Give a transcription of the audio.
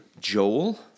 Joel